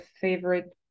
favorite